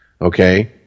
Okay